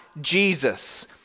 Jesus